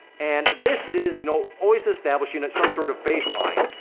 and this is, you know, always establishing at some sort of baseline,